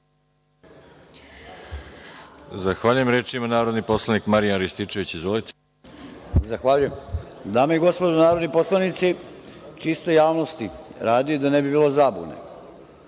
Zahvaljujem. Reč ima narodni poslanik Marijan Rističević. Izvolite. **Marijan Rističević** Zahvaljujem. Dame i gospodo narodni poslanici, čisto javnosti radi, da ne bi bilo zabune,